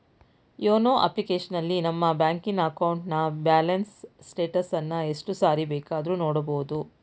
YONO ಅಪ್ಲಿಕೇಶನಲ್ಲಿ ನಮ್ಮ ಬ್ಯಾಂಕಿನ ಅಕೌಂಟ್ನ ಬ್ಯಾಲೆನ್ಸ್ ಸ್ಟೇಟಸನ್ನ ಎಷ್ಟು ಸಾರಿ ಬೇಕಾದ್ರೂ ನೋಡಬೋದು